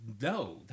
no